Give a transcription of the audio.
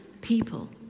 people